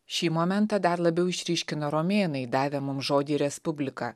šį momentą dar labiau išryškino romėnai davę mums žodį respublika